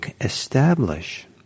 establish